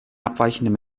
abweichende